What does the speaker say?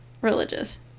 religious